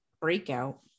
breakout